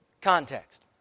context